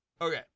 Okay